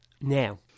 Now